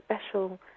special